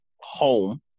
home